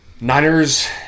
Niners